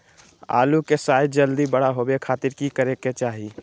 आलू के साइज जल्दी बड़ा होबे खातिर की करे के चाही?